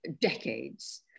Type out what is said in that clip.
decades